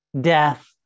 death